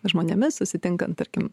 žmonėmis susitinkant tarkim